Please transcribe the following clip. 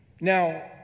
Now